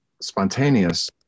spontaneous